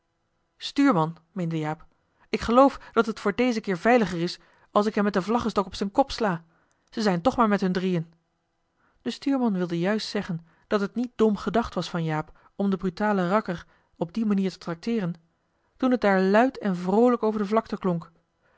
stuurman meende jaap ik geloof dat het voor dezen keer veiliger is als ik hem met den vlaggestok op z'n kop sla ze zijn toch maar met hun drieën de stuurman wilde juist zeggen dat het niet dom gedacht was van jaap om den brutalen rakker op die manier te tracteeren toen het daar luid en vroolijk over de vlakte klonk